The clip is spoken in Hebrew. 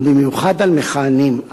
ובמיוחד על מכהנים,